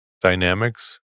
dynamics